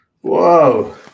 Whoa